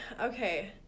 okay